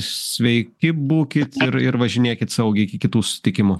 sveiki būkit ir ir važinėkit saugiai iki kitų susitikimų